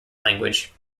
language